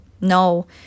no